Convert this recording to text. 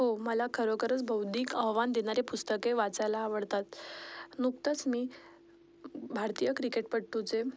हो मला खरोखरच बौद्धिक आव्हान देणारे पुस्तके वाचायला आवडतात नुकतंच मी भारतीय क्रिकेटपट्टूचे